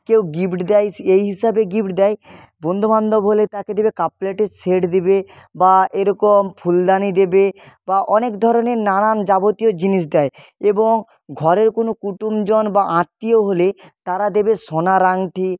কেউ গিফট দেই এই হিসাবেগিফট দেয় বন্ধু বান্ধব হলে তাকে দেবে কাপ প্লেটের সেট দেবে বা এরকম ফুলদানি দেবে বা অনেক ধরনের নানান যাবতীয় জিনিস দেয় এবং ঘরের কোনো কুটুমজন বা আত্মীয় হলে তারা দেবে সোনার আংটি